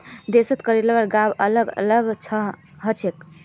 देशत करेर भाव अलग अलग ह छेक